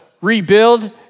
rebuild